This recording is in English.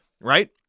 right